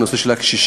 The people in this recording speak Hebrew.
לנושא של הקשישים.